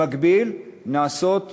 במקביל נעשות תוכניות,